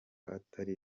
atari